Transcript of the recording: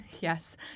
Yes